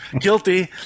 Guilty